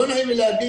לא נעים לי להגיד.